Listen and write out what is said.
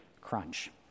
crunch